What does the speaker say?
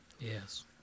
Yes